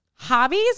Hobbies